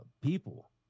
people